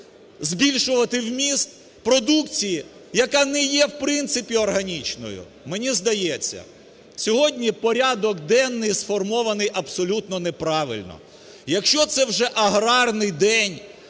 збільшувати вміст продукції, яка не є в принципі органічною. Мені здається, сьогодні порядок денний сформований абсолютно неправильно. Якщо це вже аграрний день,